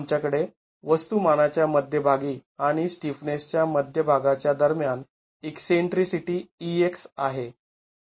आमच्याकडे वस्तुमानाच्या मध्यभागी आणि स्टिफनेसच्या मध्य भागाच्या दरम्यान ईकसेंट्रीसिटी e x आहे